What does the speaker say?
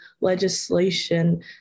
legislation